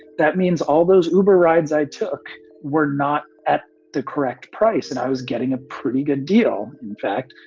that means all those uber rides i took were not at the correct price and i was getting a pretty good deal. in fact,